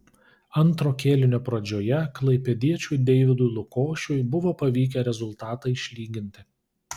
antro kėlinio pradžioje klaipėdiečiui deividui lukošiui buvo pavykę rezultatą išlyginti